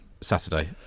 Saturday